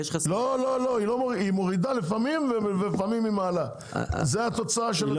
היא מורידה לפעמים ולפעמים היא מעלה, זו התוצאה.